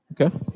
Okay